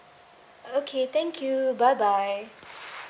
okay thank you bye bye